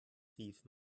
rief